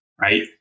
right